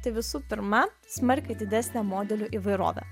tai visų pirma smarkiai didesnė modelių įvairovė